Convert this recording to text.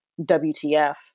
WTF